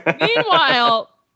Meanwhile